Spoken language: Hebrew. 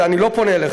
ואני לא פונה אליך,